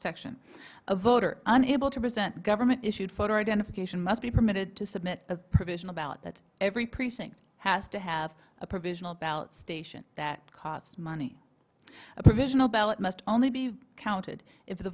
section of voter unable to present government issued photo identification must be permitted to submit a provisional ballot that every precinct has to have a provisional ballot station that costs money a provisional ballot must only be counted if the